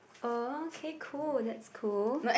oh okay cool that's cool